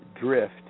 drift